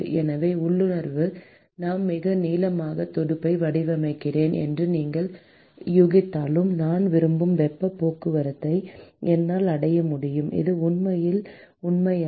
எனவே உள்ளுணர்வாக நான் மிக நீளமான துடுப்பை வடிவமைக்கிறேன் என்று நீங்கள் யூகித்தாலும் நான் விரும்பும் வெப்பப் போக்குவரத்தை என்னால் அடைய முடியும் அது உண்மையில் உண்மையல்ல